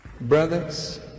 Brothers